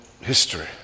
history